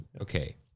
Okay